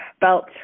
belt